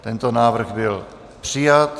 Tento návrh byl přijat.